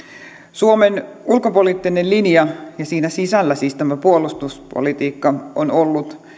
suomen ulkopoliittinen linja ja siinä sisällä siis tämä puolustuspolitiikka on ollut